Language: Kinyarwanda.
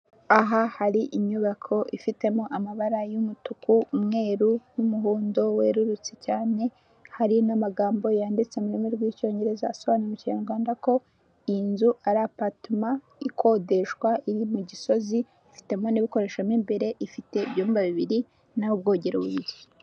Aha hari inyubako ifitemo amabara y'umutuku, umweru n'umuhondo werurutse cyane, hari n'amagambo yanditse mu rurimi rw'Icyongereza asobanuye mu Kinyarwanda ko iyi nzu ari apartment ikodeshwa iri mu Gisozi, ifitemo n'ibikoresho mu imbere, ifite ibyumba bibiri n'aho ubwogero bubiri.